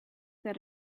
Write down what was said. that